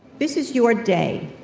this is your day,